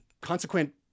consequent